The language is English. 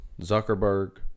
zuckerberg